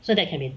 so that came be